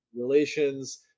relations